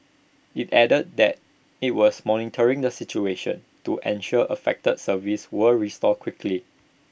IT added that IT was monitoring the situation to ensure affected services were restored quickly